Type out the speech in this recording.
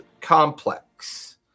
complex